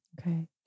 Okay